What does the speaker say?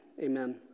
Amen